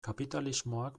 kapitalismoak